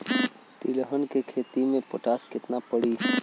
तिलहन के खेती मे पोटास कितना पड़ी?